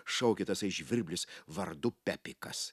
šaukė tasai žvirblis vardu pepikas